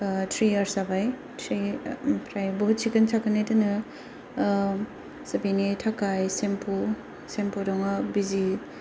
three years जाबाय three ओमफ्राय बहुथ सिखोन साखोनै दोनो स' बिनि थाखाय सेम्पु दङ बिजि